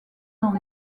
dans